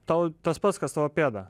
tau tas pats kas tavo pėda